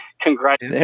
Congrats